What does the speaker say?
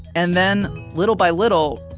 and then little by little,